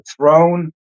throne